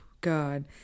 God